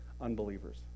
unbelievers